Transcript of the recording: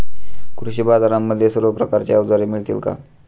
कृषी बाजारांमध्ये सर्व प्रकारची अवजारे मिळतील का?